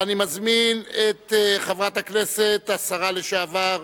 ואני מזמין את חברת הכנסת, השרה לשעבר,